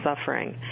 suffering